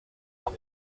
ans